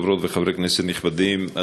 חברות וחברי כנסת נכבדים,